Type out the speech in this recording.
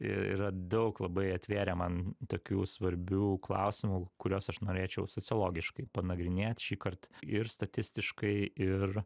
i yra daug labai atvėrė man tokių svarbių klausimų kuriuos aš norėčiau sociologiškai panagrinėt šįkart ir statistiškai ir